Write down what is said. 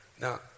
Now